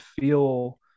feel